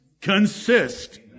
consist